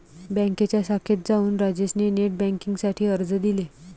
बँकेच्या शाखेत जाऊन राजेश ने नेट बेन्किंग साठी अर्ज दिले